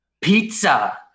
pizza